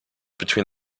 between